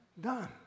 done